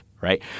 right